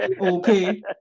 Okay